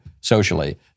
socially